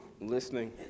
listening